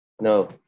No